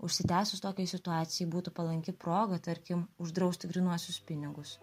užsitęsus tokiai situacijai būtų palanki proga tarkim uždrausti grynuosius pinigus